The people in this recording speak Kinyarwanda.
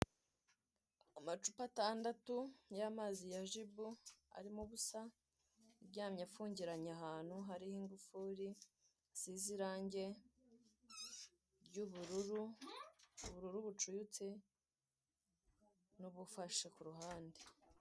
Amacupa atandatu y'amazi ya gibu arimo ubusa aryamye afungiranye ahantu hariho ingufuri hasize irange ry'ubururu bucuyutse n'ubufashe ku ruhande.